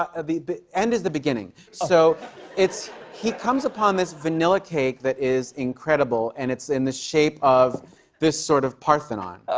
ah the the end is the beginning. so it's he comes upon this vanilla cake that is incredible. and it's in the shape of this sort of parthenon.